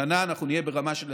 השנה אנחנו נהיה ברמה של,